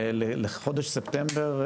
לחודש ספטמבר,